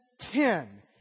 ten